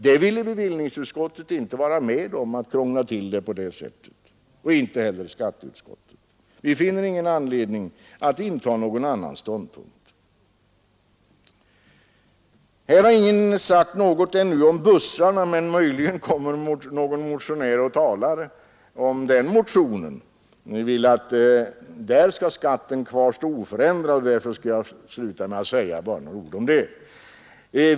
Bevillningsutskottet ville inte vara med om att krångla till det på det sättet, och det vill inte heller skatteutskottet. Vi finner ingen anledning att inta någon annan ståndpunkt. Ännu har ingen sagt något om bussarna, men möjligen kommer någon av motionärerna på den punkten snart att göra det. Skatten på bussar skall kvarstå oförändrad, vill de, och därför skall jag till slut säga några ord om den saken.